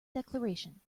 declaration